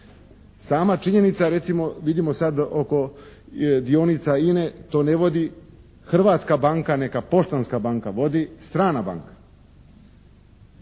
Sama činjenica, recimo, vidimo sad oko dionica INA-e to ne vodi, hrvatska banka neka Poštanska banka vodi, stranka banka.